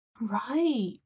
right